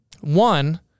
One—